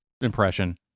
impression